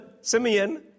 Simeon